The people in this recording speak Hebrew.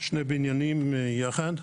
שני בניינים יחד,